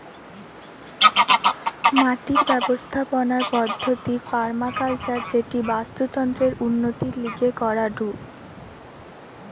মাটির ব্যবস্থাপনার পদ্ধতির পার্মাকালচার যেটি বাস্তুতন্ত্রের উন্নতির লিগে করাঢু